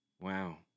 Wow